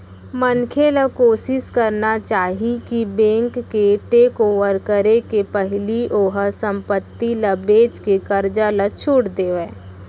मनखे ल कोसिस करना चाही कि बेंक के टेकओवर करे के पहिली ओहर संपत्ति ल बेचके करजा ल छुट देवय